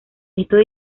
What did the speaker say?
estos